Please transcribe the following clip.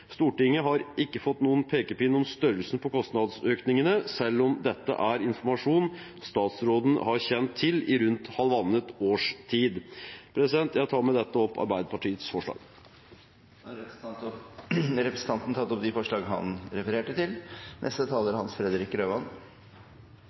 Stortinget har ikke fått noen pekepinn om størrelsen på kostnadsøkningen, selv om dette er informasjon statsråden har kjent til i rundt halvannet års tid. Jeg tar med dette opp Arbeiderpartiets forslag. Representanten Stein Erik Lauvås har tatt opp det forslaget han refererte til.